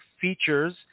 features